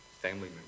family